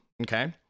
okay